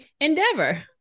endeavor